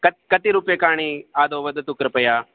कति कति रूप्यकाणी आदौ वदतु कृपया